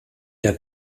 der